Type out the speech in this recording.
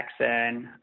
Jackson